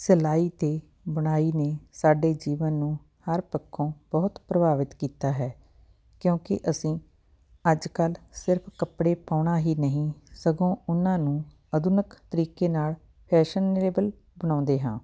ਸਿਲਾਈ ਅਤੇ ਬੁਣਾਈ ਨੇ ਸਾਡੇ ਜੀਵਨ ਨੂੰ ਹਰ ਪੱਖੋਂ ਬਹੁਤ ਪ੍ਰਭਾਵਿਤ ਕੀਤਾ ਹੈ ਕਿਉਂਕਿ ਅਸੀਂ ਅੱਜ ਕੱਲ੍ਹ ਸਿਰਫ ਕੱਪੜੇ ਪਾਉਣਾ ਹੀ ਨਹੀਂ ਸਗੋਂ ਉਹਨਾਂ ਨੂੰ ਆਧੁਨਿਕ ਤਰੀਕੇ ਨਾਲ ਫੈਸ਼ਨਰੇਬਲ ਬਣਾਉਂਦੇ ਹਾਂ